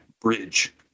bridge